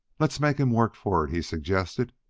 let's make him work for it, he suggested,